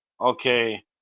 okay